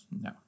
No